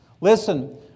Listen